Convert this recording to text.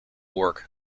work